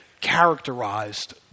characterized